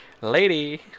Lady